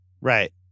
Right